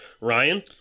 Ryan